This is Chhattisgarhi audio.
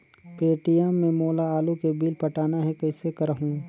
पे.टी.एम ले मोला आलू के बिल पटाना हे, कइसे करहुँ?